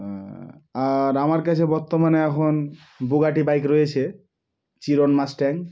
আর আমার কাছে বর্তমানে এখন বুগাটি বাইক রয়েছে চিরন মাস্ট্যাং